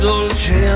dolce